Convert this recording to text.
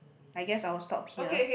I guess I will stop here